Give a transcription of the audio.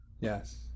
Yes